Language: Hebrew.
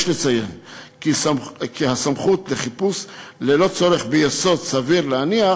יש לציין כי הסמכות לחיפוש ללא צורך ביסוד סביר להניח,